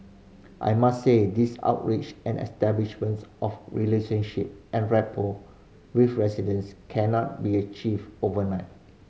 I must say these outreach and establishment of relationship and rapport with residents cannot be achieved overnight